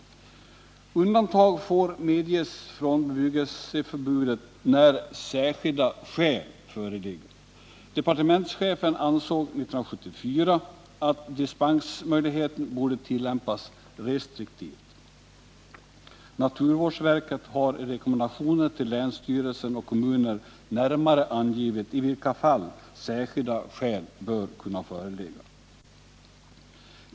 Undantag får medges från bebyggelseförbudet ”när särskilda skäl föreligga”. Departementschefen ansåg 1974 — propositionen 1974:166, s. 97 — att dispensmöjligheten borde tillämpas restriktivt. Naturvårdsverket har i rekommendationer till länsstyrelser och kommuner närmare angivit i vilka fall ”särskilda skäl” bör kunna föreligga.